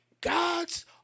God's